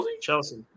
Chelsea